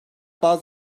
bazı